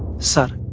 sir.